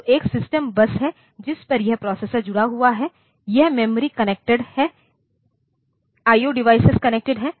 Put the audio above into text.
तो एक system bus है जिस पर यह प्रोसेसर जुड़ा हुआ है यह मेमोरी कनेक्टेड है I O डिवाइस कनेक्टेड हैं